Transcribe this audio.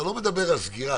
אתה לא מדבר על סגירה.